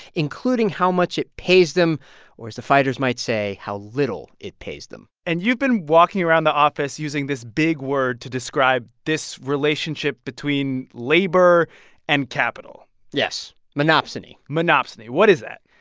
including how much it pays them or, as the fighters might say, how little it pays them and you've been walking around the office using this big word to describe this relationship between labor and capital yes monopsony monopsony what is that?